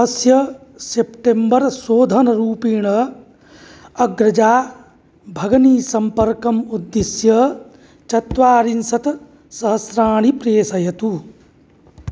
अस्य सेप्टेम्बर् शोधनरूपेण अग्रजा भगनीं सम्पर्कम् उद्दिश्य चत्वारिंशत् सहस्राणि प्रेषयतु